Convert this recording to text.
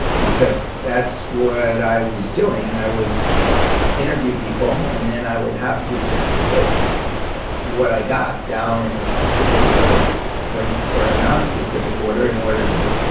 because that's what i was doing. i would interview people and then i would have to put what i got down in a specific order or or a non specific order in order to